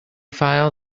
file